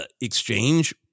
exchange